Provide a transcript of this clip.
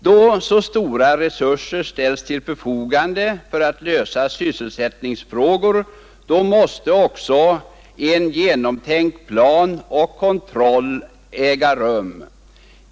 Då så stora resurser ställs till förfogande för att lösa sysselsättningsfrågor, måste också en genomtänkt plan finnas och kontroll äga rum.